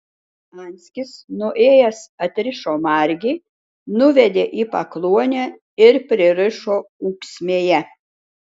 anskis nuėjęs atrišo margį nuvedė į pakluonę ir pririšo ūksmėje